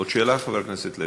עוד שאלה, חבר הכנסת לוי?